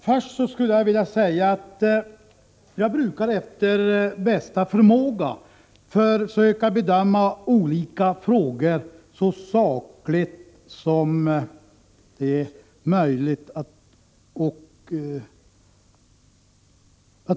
Först skulle jag vilja säga att jag efter bästa förmåga brukar försöka bedöma olika frågor så sakligt som möjligt.